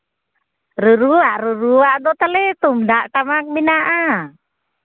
ᱨᱩᱨᱩᱣᱟᱜ ᱨᱩᱨᱩᱣᱟᱜ ᱫᱚ ᱛᱟᱞᱮ ᱛᱩᱢᱫᱟᱜ ᱴᱟᱢᱟᱠ ᱢᱮᱱᱟᱜᱼᱟ